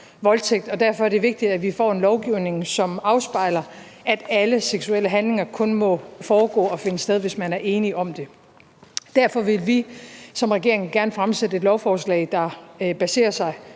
og derfor er det vigtigt, at vi får en lovgivning, som afspejler, at alle seksuelle handlinger kun må foregå og finde sted, hvis man er enig om det. Derfor vil vi som regering gerne fremsætte et lovforslag, der er baseret på